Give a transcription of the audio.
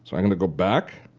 so i'm going to go back